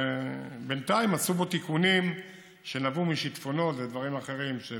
בינתיים עשו בו תיקונים שנבעו משיטפונות ודברים אחרים של